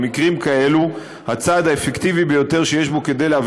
במקרים כאלה הצעד האפקטיבי ביותר שיש בו כדי להביא